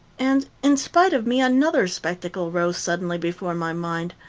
and, in spite of me, another spectacle rose suddenly before my mind.